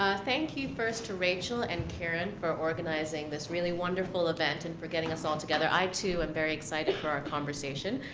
thank you first to rachel and kiran for organizing this really wonderful event, and for getting us all together. i too am very excited for our conversation,